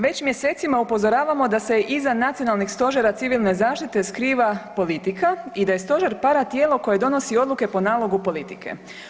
Već mjesecima upozoravamo da se iza nacionalnih stožera civilne zaštite skriva politika i da je stožer paratijedlo koje donosi odluke po nalogu politike.